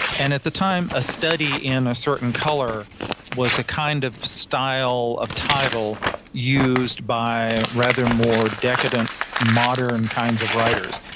and at the time, a study in a certain color was a style kind of style of title used by rather more decadent, modern kinds of writers.